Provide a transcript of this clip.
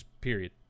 period